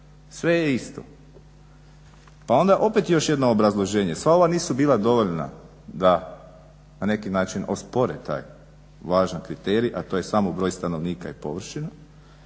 sve je isto. Pa onda opet još jedno obrazloženje, sva ova nisu bila dovoljna da na neki način ospore taj važan kriterij, a to je samo broj stanovnika i površina.